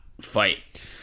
fight